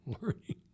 learning